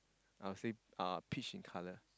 I'll say uh peach in colour